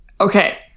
Okay